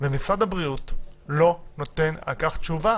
ומשרד הבריאות לא נותן על כך תשובה,